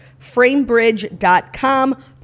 Framebridge.com